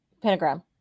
Pentagram